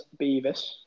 Beavis